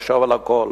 לחשוב על הכול,